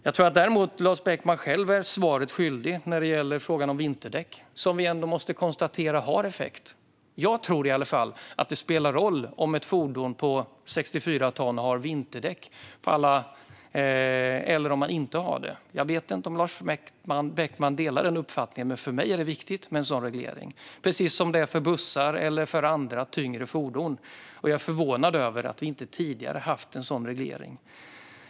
Jag tror däremot att Lars Beckman själv är svaret skyldig när det gäller frågan om vinterdäck, som vi ändå måste konstatera har effekt. Jag tror i alla fall att det spelar roll om ett fordon på 64 ton har vinterdäck eller om det inte har det. Jag vet inte om Lars Beckman delar den uppfattningen, men för mig är det viktigt med en sådan reglering, precis som för bussar eller för andra tyngre fordon. Jag är förvånad över att vi inte tidigare har haft en sådan reglering.